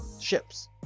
ships